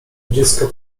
dziecko